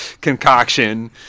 concoction